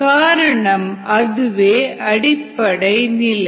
காரணம் அதுவே அடிப்படை நிலை